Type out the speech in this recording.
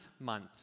month